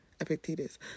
Epictetus